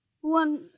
One